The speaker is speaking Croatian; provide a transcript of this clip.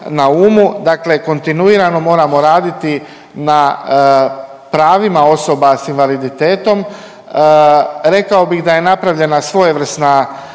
na umu, dakle kontinuirano moramo raditi na pravima osoba s invaliditetom, rekao bih da je napravljena svojevrsna